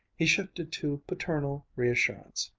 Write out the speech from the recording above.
he shifted to paternal reassurance.